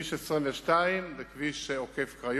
כביש 22 הוא כביש עוקף-קריות,